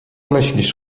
myślisz